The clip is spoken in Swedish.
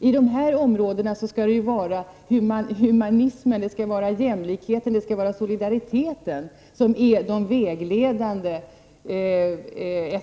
På dessa områden skall det humanitära, jämlikheten och solidariteten vara vägledande.